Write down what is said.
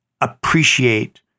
appreciate